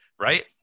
right